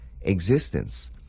existence